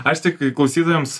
aš tiktai klausytojams